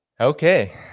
Okay